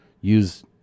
use